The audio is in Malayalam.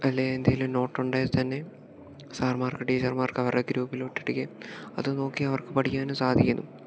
അല്ലേ എന്തെങ്കിലും നോട്ടുണ്ടേൽത്തന്നെ സാർമാർക്ക് ടീച്ചർമാർക്ക് അവരുടെ ഗ്രൂപ്പിലോട്ട് ഇടുകയും അത് നോക്കി അവർക്ക് പഠിക്കുവാനും സാധിക്കുന്നു